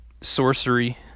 sorcery